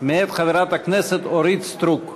מאת חברת הכנסת אורית סטרוק בנושא: